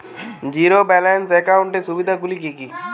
Zero balance একাউন্টের সুবিধা গুলি কি কি?